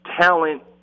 talent